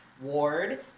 Ward